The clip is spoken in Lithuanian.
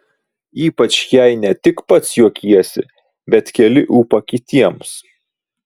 ypač jei ne tik pats juokiesi bet keli ūpą kitiems